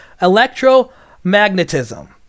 electromagnetism